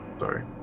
Sorry